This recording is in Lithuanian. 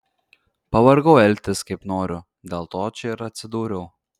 pavargau elgtis kaip noriu dėl to čia ir atsidūriau